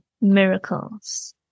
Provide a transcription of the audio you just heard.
miracles